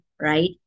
right